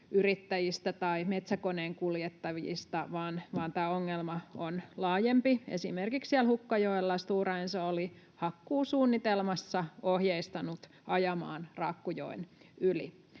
koneyrittäjistä tai metsäkoneenkuljettajista, vaan tämä ongelma on laajempi. Esimerkiksi siellä Hukkajoella Stora Enso oli hakkuusuunnitelmassa ohjeistanut ajamaan raakkujoen yli.